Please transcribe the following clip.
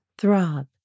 throb